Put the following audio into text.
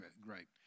great